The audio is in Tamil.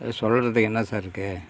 இதில் சொல்கிறதுக்கு என்ன சார் இருக்குது